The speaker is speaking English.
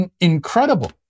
incredible